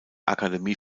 akademie